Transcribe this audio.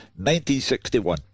1961